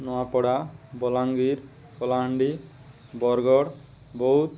Nuapada Bolangir Kalahandi Bargarh Boudh